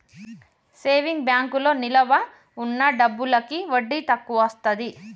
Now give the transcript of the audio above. saving బ్యాంకులో నిలవ ఉన్న డబ్బులకి వడ్డీ తక్కువొస్తది